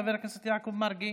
חבר הכנסת יעקב מרגי,